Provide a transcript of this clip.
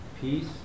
Peace